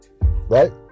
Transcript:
Right